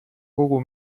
kogu